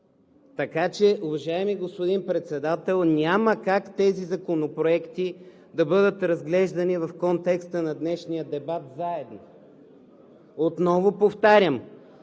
Така че, уважаеми господин Председател, няма как тези законопроекти да бъдат разглеждани в контекста на днешния дебат заедно! Повтарям,